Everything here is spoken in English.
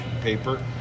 paper